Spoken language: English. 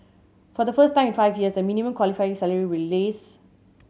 for the first time in five years the minimum qualifying salary will lease